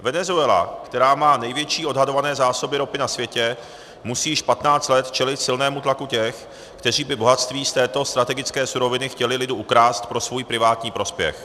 Venezuela, která má největší odhadované zásoby ropy na světě, musí již patnáct let čelit silnému tlaku těch, kteří by bohatství z této strategické suroviny chtěli lidu ukrást pro svůj privátní prospěch.